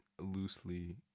loosely